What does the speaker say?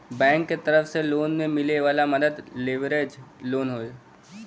bank के तरफ से लोन में मिले वाला मदद लेवरेज लोन हौ